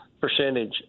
percentage